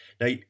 Now